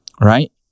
right